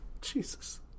jesus